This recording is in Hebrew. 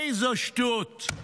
איזו שטות,